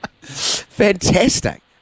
Fantastic